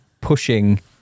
pushing